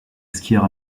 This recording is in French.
skieur